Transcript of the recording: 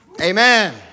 Amen